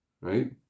Right